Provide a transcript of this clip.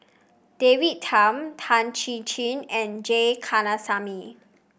David Tham Tan Chin Chin and J Kandasamy